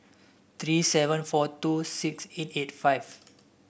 three seven four two six eight eight five